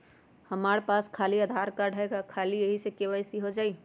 हमरा पास खाली आधार कार्ड है, का ख़ाली यही से के.वाई.सी हो जाइ?